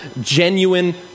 genuine